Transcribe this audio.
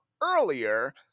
earlier